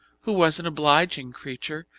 who was an obliging creature,